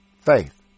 Faith